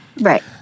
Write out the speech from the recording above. Right